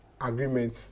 agreement